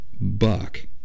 buck